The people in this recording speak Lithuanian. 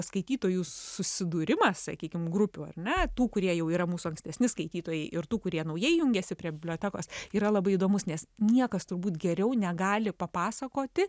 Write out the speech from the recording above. skaitytojų susidūrimas sakykim grupių ar ne tų kurie jau yra mūsų ankstesni skaitytojai ir tų kurie naujai jungiasi prie bibliotekos yra labai įdomus nes niekas turbūt geriau negali papasakoti